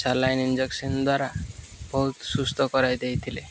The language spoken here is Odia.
ସାଲାଇନ୍ ଇଞ୍ଜେକ୍ସନ୍ ଦ୍ୱାରା ବହୁତ ସୁସ୍ଥ କରାଇ ଦେଇଥିଲେ